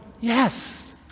Yes